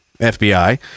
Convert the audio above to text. FBI